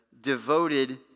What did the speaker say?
devoted